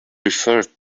referred